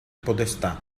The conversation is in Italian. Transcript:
podestà